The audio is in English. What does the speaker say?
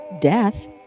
death